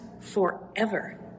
forever